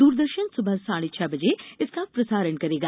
द्रदर्शन सुबह साढ़े छह बजे इसका प्रसारण करेगा